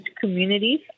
communities